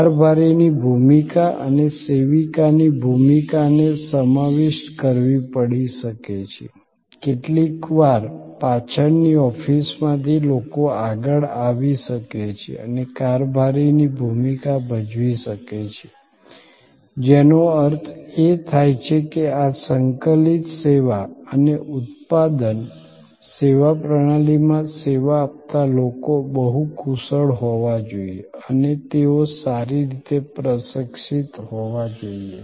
કારભારીની ભૂમિકા અને સેવિકાની ભૂમિકાને સમાવિષ્ટ કરવી પડી શકે છે કેટલીકવાર પાછળની ઓફિસમાંથી લોકો આગળ આવી શકે છે અને કારભારીની ભૂમિકા ભજવી શકે છે જેનો અર્થ એ થાય છે કે આ સંકલિત સેવા અને ઉત્પાદન સેવા પ્રણાલીમાં સેવા આપતા લોકો બહુ કુશળ હોવા જોઈએ અને તેઓ સારી રીતે પ્રશિક્ષિત હોવા જોઈએ